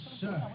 sir